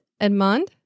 Edmond